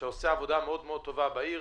שעושה עבודה מאוד טובה בעיר.